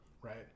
right